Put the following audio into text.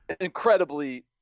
incredibly